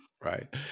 Right